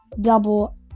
double